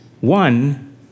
One